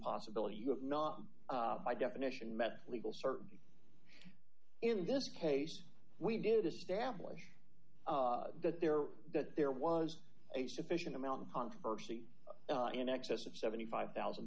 possibility you have not by definition met legal certainty in this case we did establish that there that there was a sufficient amount of controversy in excess of seventy five thousand